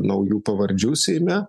naujų pavardžių seime